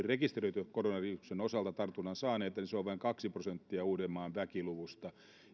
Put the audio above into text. rekisteröity koronaviruksen osalta tartunnan saaneita niin se on vain kaksi prosenttia uudenmaan väkiluvusta